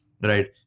right